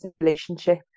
relationship